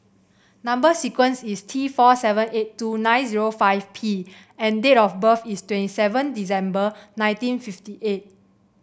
number sequence is T four seven eight two nine zero five P and date of birth is twenty seven December nineteen fifty eight